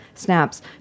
Snaps